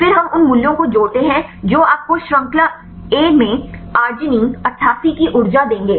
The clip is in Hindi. फिर हम उन मूल्यों को जोड़ते हैं जो आपको श्रृंखला ए में arginine 88 की ऊर्जा देंगे